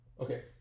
okay